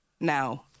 now